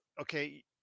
Okay